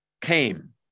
came